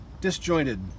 disjointed